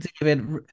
David